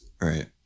Right